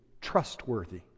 trustworthy